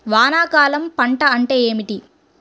వానాకాలం పంట అంటే ఏమిటి?